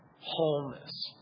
wholeness